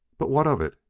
but what of it?